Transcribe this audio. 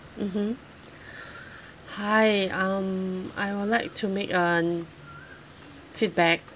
mmhmm hi um I would like to make an feedback